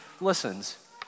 listens